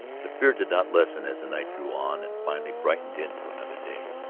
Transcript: the fear did not lessen as the night drew on and finally brightened into another day.